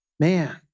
Man